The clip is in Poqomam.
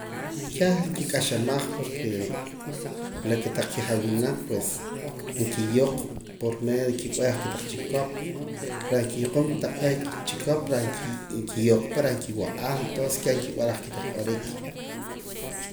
Keh qik'axamah porque la kotaq kijawinaq pues nkiyooq por medio de kib'eh kotaq chikop reh nkiyokoom la ak' kotaq chikop nkiyooq pa reh nkiwa'a entonces keh kib'araj kotaq q'orik.